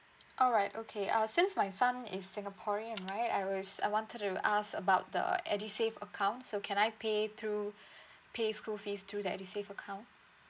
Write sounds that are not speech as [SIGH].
all right okay uh since my son is singaporean right I was I wanted to ask about the edusave account so can I pay through [BREATH] pay school fees through that edusave account